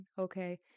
okay